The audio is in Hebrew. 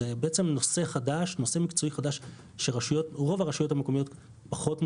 זה בעצם נושא מקצועי חדש שרוב הרשויות המקומיות פחות מכירות,